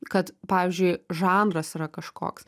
kad pavyzdžiui žanras yra kažkoks